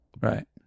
Right